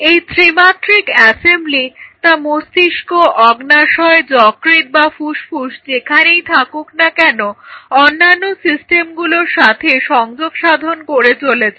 এই ত্রিমাত্রিক অ্যাসেম্বলি তা মস্তিষ্ক অগ্নাশয় যকৃৎ বা ফুসফুস যেখানেই থাকুক না কেন অন্যান্য সিস্টেমগুলোর সাথে সংযোগ সাধন করে চলেছে